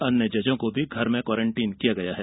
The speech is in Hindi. अन्य जजों को भी घरों पर क्वारेंटीन किया गया है